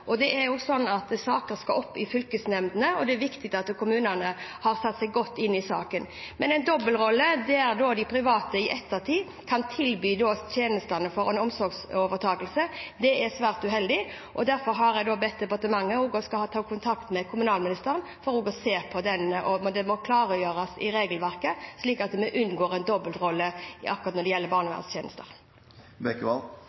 skal opp i fylkesnemndene, og det er viktig at kommunene har satt seg godt inn i dem. Men en dobbeltrolle der de private i ettertid kan tilby tjenestene for en omsorgsovertakelse, er svært uheldig, og derfor vil mitt departement ta kontakt med kommunalministeren for å be om at det klargjøres i regelverket, slik at vi unngår en dobbeltrolle akkurat når det gjelder